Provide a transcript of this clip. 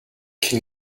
can